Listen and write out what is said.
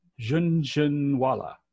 Junjunwala